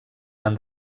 han